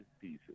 pieces